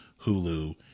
Hulu